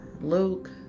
Luke